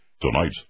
Tonight